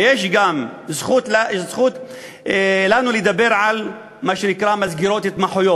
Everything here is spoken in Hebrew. ויש לנו זכות לדבר על מה שנקרא מסגרות התמחות.